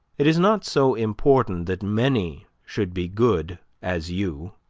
it is not so important that many should be good as you,